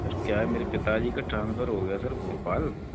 sir क्या है मेरे पिताजी का ट्रांसफ़र हो गया सर भोपाल